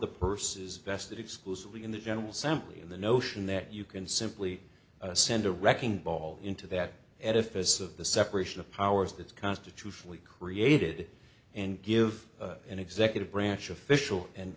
the purses vested exclusively in the general assembly in the notion that you can simply send a wrecking ball into that edifice of the separation of powers that's constitutionally created and give an executive branch official and